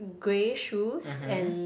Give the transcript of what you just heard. grey shoes and